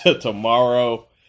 tomorrow